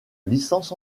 licence